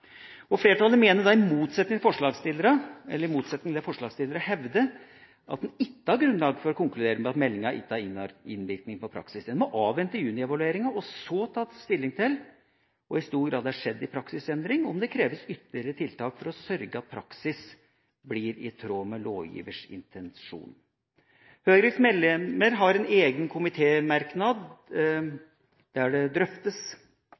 Flertallet mener – i motsetning til det forslagsstillerne hevder – at en ikke har grunnlag for å konkludere med at meldinga ikke har innvirkning på praksis. En må avvente junievalueringa og så ta stilling til i hvor stor grad det har skjedd en praksisendring, og om det kreves ytterligere tiltak for å sørge for at praksis blir i tråd med lovgivers intensjon. Høyres medlemmer har en egen komitémerknad der dette drøftes